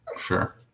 Sure